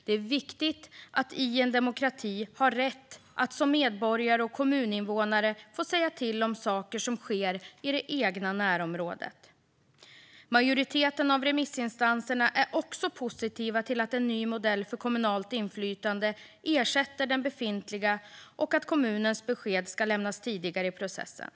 Det är viktigt i en demokrati att som medborgare och kommuninvånare ha rätt att få säga till om saker som sker i det egna närområdet. Majoriteten av remissinstanserna är också positiva till att en ny modell för kommunalt inflytande ersätter den befintliga och att kommunens besked ska lämnas tidigare i processen.